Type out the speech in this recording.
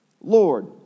Lord